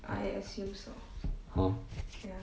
hor